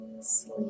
sleep